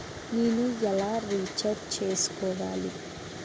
నేను ఎలా రీఛార్జ్ చేయించుకోవాలి?